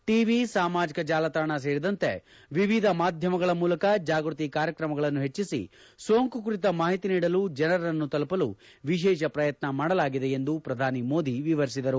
TV ಸಾಮಾಜಿಕ ಜಾಲತಾಣ ಸೇರಿದಂತೆ ವಿವಿಧ ಮಾಧ್ಯಮಗಳ ಮೂಲಕ ಜಾಗೃತಿ ಕಾರ್ಯಕ್ರಮಗಳನ್ನು ಹೆಚ್ಚಿಸಿ ಸೋಂಕು ಕುರಿತ ಮಾಹಿತಿ ನೀಡಲು ಜನರನ್ನು ತಲುವಲು ವಿಶೇಷ ಪ್ರಯತ್ನ ಮಾಡಲಾಗಿದೆ ಎಂದು ಪ್ರಧಾನಿ ಮೋದಿ ವಿವರಿಸಿದರು